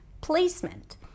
placement